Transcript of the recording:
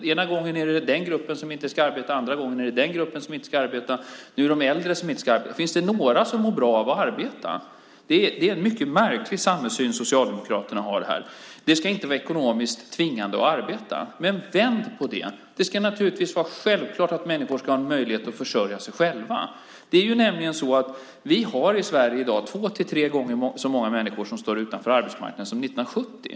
Den ena gången är det en grupp som inte ska arbeta, den andra gången är det en annan grupp som inte ska arbeta. Nu är det de äldre som inte ska arbeta. Finns det några som mår bra av att arbeta? Det är en mycket märklig samhällssyn som Socialdemokraterna har att det inte ska vara ekonomiskt tvingande att arbeta. Men vänd på det! Det ska naturligtvis vara självklart att människor ska ha en möjlighet att försörja sig själva. Vi har i Sverige i dag två till tre gånger så många människor som står utanför arbetsmarknaden som 1970.